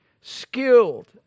skilled